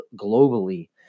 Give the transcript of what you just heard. globally